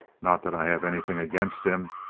not that i have anything against him.